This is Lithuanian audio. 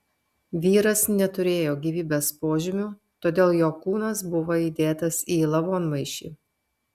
vyras neturėjo gyvybės požymių todėl jo kūnas buvo įdėtas į lavonmaišį